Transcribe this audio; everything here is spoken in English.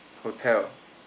hotel